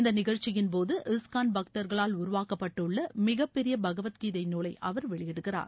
இந்த நிகழ்ச்சியின்போது இஸ்கான் பக்தர்களால் உருவாக்கப்பட்டுள்ள மிகப்பெரிய பகவத் கீதை நூலை அவர் வெளியிடுகிறார்